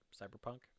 Cyberpunk